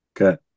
Okay